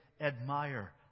admire